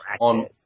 on